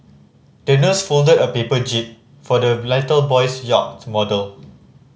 the nurse folded a paper jib for the little boy's yacht model